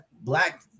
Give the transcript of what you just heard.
black